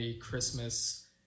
Christmas